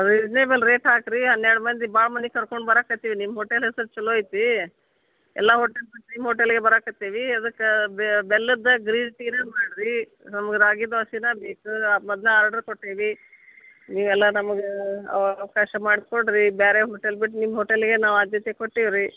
reasonable rate ಹಾಕಿರಿ ಹನ್ನೆರಡು ಮಂದಿ ಭಾಳ ಮಂದಿ ಕರ್ಕೊಂಡು ಬರಕ್ಕ ಹತ್ತೀವಿ ನಿಮ್ಮ ಹೋಟೆಲ್ ಹೆಸರು ಚಲೋ ಐತಿ ಎಲ್ಲ ಹೋಟೆಲ್ ಬಿಟ್ಟು ನಿಮ್ಮ ಹೋಟೆಲ್ಗೆ ಬರಕ್ಕ ಹತ್ತೀವಿ ಅದಕ್ಕೆ ಬೆಲ್ಲದ್ದು ಗ್ರೀನ್ ಟೀನೇ ಮಾಡಿರಿ ನಮ್ಗೆ ರಾಗಿ ದೋಸೆನೆ ಬೇಕು ಮೊದಲೇ ಆರ್ಡರ್ ಕೊಟ್ಟೇವಿ ನೀವೆಲ್ಲ ನಮ್ಗೆ ಅವಾಗ ಫ್ರೆಶ್ ಮಾಡಿಸಿಕೊಡ್ರಿ ಬೇರೆ ಹೋಟೆಲ್ ಬಿಟ್ಟು ನಿಮ್ಮ ಹೋಟೆಲ್ಗೇ ನಾವು ಆದ್ಯತೆ ಕೊಟ್ಟಿವಿ ರಿ